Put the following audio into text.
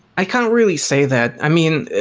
i can't really say that. i mean,